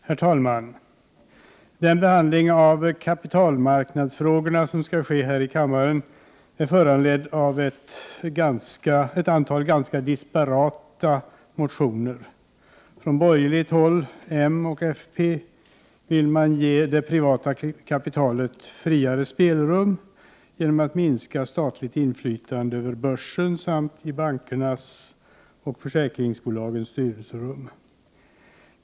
Herr talman! Den behandling av kapitalmarknadsfrågorna som skall ske här i kammaren är föranledd av ett antal ganska disparata motioner. Från borgerligt håll, m och fp, vill man ge det privata kapitalet friare spelrum genom att minska statligt inflytande över börsen samt i bankernas och försäkringsbolagens styrelserum.